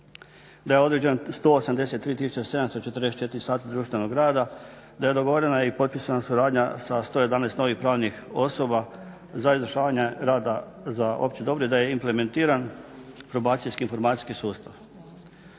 da je određeno 183 744 sati društvenog rada, da je dogovorena i potpisana suradnja sa 111 novih pravnih osoba za izvršavanje rada za opće dobro i da je implementiran probacijski informacijski sustav.